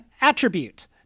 Attribute